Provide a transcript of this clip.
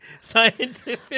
scientific